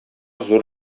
зур